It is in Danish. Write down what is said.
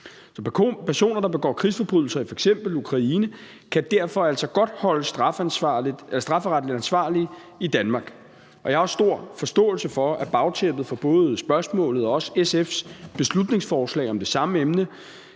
Personer, der begår krigsforbrydelser i f.eks. Ukraine, kan derfor altså godt holdes strafferetligt ansvarlige i Danmark. Jeg har også stor forståelse for, at bagtæppet for både spørgsmålet og også SF's beslutningsforslag om det samme emne